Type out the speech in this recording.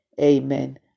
Amen